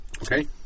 Okay